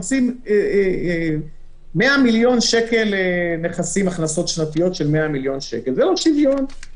100 מיליון שקל הכנסות שנתיות זה לא שוויון,